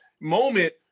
moment